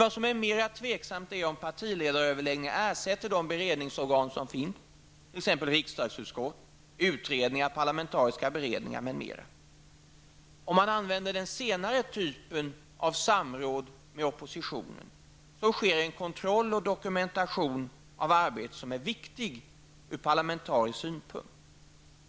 Vad som är mera tveksamt är om partiledaröverläggningar ersätter de beredningsorgan som finns t.ex. riksdagsutskott, utredningar, parlamentariska beredningar m.m. Om man använder den senare typen av samråd med oppositionen sker en kontroll och en dokumentation av arbetet. Det är viktigt från parlamentarisk synpunkt.